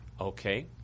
Okay